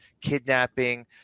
kidnapping